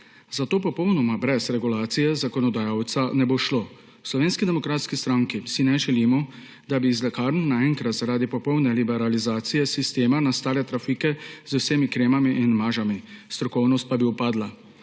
Zato popolnoma brez regulacije zakonodajalca ne bo šlo. V Slovenski demokratski stranki si ne želimo, da bi iz lekarn naenkrat zaradi popolne liberalizacije sistema nastale trafike z vsemi kremami in mažami, strokovnost pa bi upadla.